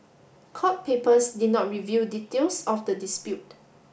court papers did not reveal details of the dispute